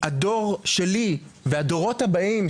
הדור שלי והדורות הבאים,